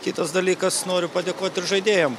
kitas dalykas noriu padėkot ir žaidėjam